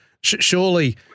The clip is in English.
Surely